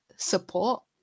support